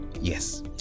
yes